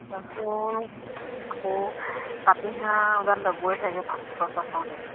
পাতিহাঁহ ল'বই চাগে পাঁচশ ছশকে